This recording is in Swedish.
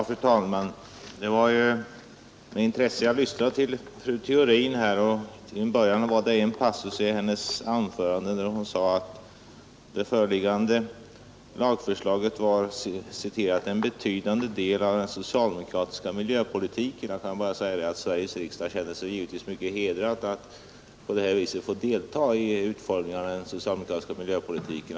Fru talman! Det var med intresse jag lyssnade till fru Theorin. I en passus av sitt anförande sade hon att det föreliggande lagförslaget var ”en betydande del av den socialdemokratiska miljöpolitiken”. Sveriges riksdag känner sig givetvis mycket hedrad av att på det här viset få delta i utformningen av den socialdemokratiska miljöpolitiken.